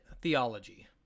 theology